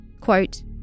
quote